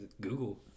Google